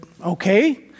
okay